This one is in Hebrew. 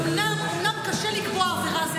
אומנם קשה לקבוע עבירה,